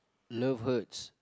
love hurts